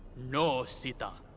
no, sita.